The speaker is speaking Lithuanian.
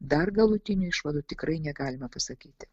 dar galutinių išvadų tikrai negalime pasakyti